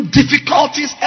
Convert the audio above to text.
difficulties